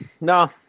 no